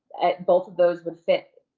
both of those would fit,